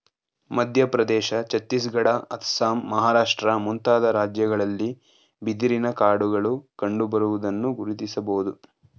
ಮಧ್ಯಪ್ರದೇಶ, ಛತ್ತೀಸ್ಗಡ, ಅಸ್ಸಾಂ, ಮಹಾರಾಷ್ಟ್ರ ಮುಂತಾದ ರಾಜ್ಯಗಳಲ್ಲಿ ಬಿದಿರಿನ ಕಾಡುಗಳು ಕಂಡುಬರುವುದನ್ನು ಗುರುತಿಸಬೋದು